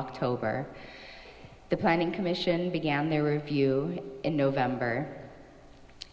october the planning commission began they were view in november